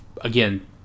again